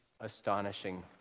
astonishing